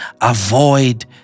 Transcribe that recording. Avoid